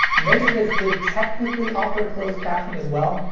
laserdisc did technically offer closed captioning as well,